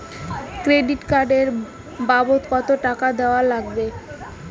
Credit card এর বাবদ কতো টাকা দেওয়া লাগবে?